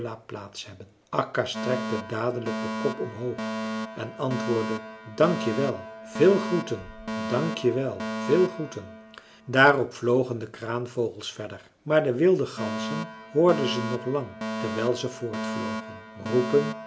plaats hebben akka strekte dadelijk den kop omhoog en antwoordde dank je wel veel groeten dank je wel veel groeten daarop vlogen de kraanvogels verder maar de wilde ganzen hoorden ze nog lang terwijl ze voortvlogen roepen